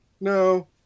No